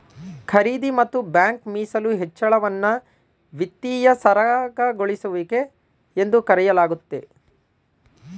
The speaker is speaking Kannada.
ಖರೀದಿ ಮತ್ತು ಬ್ಯಾಂಕ್ ಮೀಸಲು ಹೆಚ್ಚಳವನ್ನ ವಿತ್ತೀಯ ಸರಾಗಗೊಳಿಸುವಿಕೆ ಎಂದು ಕರೆಯಲಾಗುತ್ತೆ